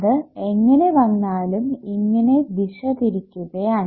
അത് എങ്ങനെ വന്നാലും ഇങ്ങനെ ദിശ തിരിക്കുകയാണ്